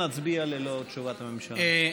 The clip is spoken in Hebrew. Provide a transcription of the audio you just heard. נצביע ללא תשובת הממשלה.